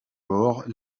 morts